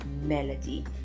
melody